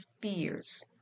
fears